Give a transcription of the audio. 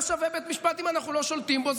מה שווה בית משפט אם אנחנו לא שולטים בו?